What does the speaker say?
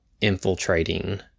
infiltrating